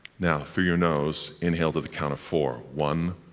now, through your nose, inhale to the count of four one,